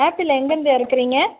apple எங்கிருந்து இறக்குறீங்க